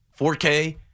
4K